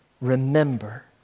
remember